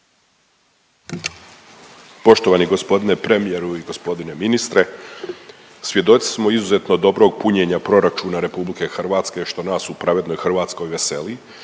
Poštovani g. premijeru i g. ministre. Svjedoci smo izuzetno dobrog punjenja proračuna RH što nas u „Pravednoj Hrvatskoj“ veseli,